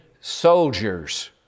soldiers